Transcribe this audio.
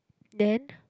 then